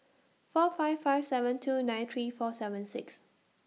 four five five seven two nine three four seven six